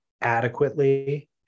adequately